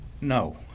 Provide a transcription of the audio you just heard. No